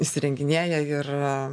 įsirenginėja ir